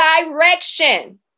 direction